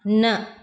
न